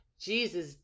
Jesus